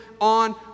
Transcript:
on